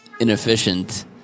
inefficient